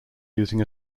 using